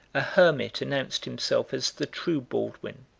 a hermit announced himself as the true baldwin,